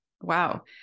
Wow